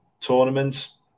tournaments